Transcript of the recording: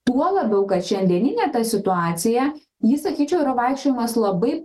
tuo labiau kad šiandieninė ta situacija ji sakyčiau yra vaikščiojimas labai